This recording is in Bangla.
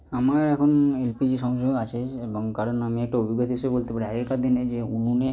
আমার এখন এলপিজি সংযোগ আছে এবং কারণ আমি একটা অভিজ্ঞতা হিসেবে বলতে পারি আগেকার দিনে যে উনুনে